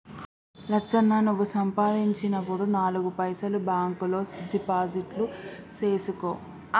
లచ్చన్న నువ్వు సంపాదించినప్పుడు నాలుగు పైసలు బాంక్ లో డిపాజిట్లు సేసుకో